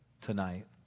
tonight